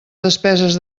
despeses